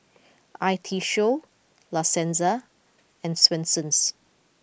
I T Show La Senza and Swensens